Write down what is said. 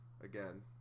Again